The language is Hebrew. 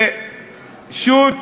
ושות',